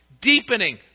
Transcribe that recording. Deepening